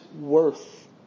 worth